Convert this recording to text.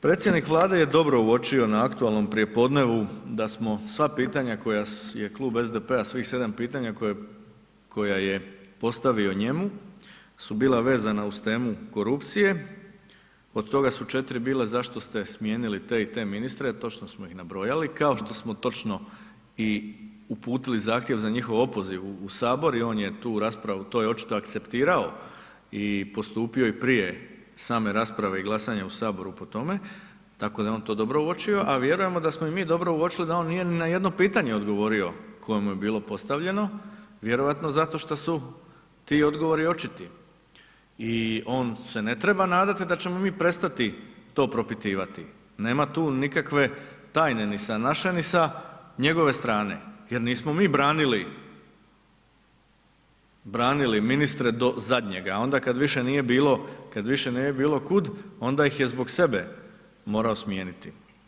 Predsjednik Vlade je dobro uočio na aktualnom prijepodnevu da smo sva pitanja koja je klub SDP-a, svih 7 pitanja koja je postavio njemu su bila vezana uz temu korupcije, od toga su 4 bila zašto ste smijenili te i te ministre, a točno smo ih nabrojali kao što smo točno i uputili zahtjev za njihov opoziv u Sabor i on je tu raspravu, to je očito akceptirao i postupio i prije same rasprave i glasanja u Saboru po tome, tako da je on to dobro uočio a vjerujemo da smo i dobro uočili da on nije ni na jedno pitanje odgovorio koje mu je bilo postavljeno, vjerovatno zato što su ti odgovori očiti i on se ne treba nadati da ćemo mi prestati to propitivati, nema tu nikakve tajne ni sa naše ni sa njegove strane jer nismo mi branili ministre do zadnjega a onda kada više nije bilo kud, onda ih je zbog sebe morao smijeniti.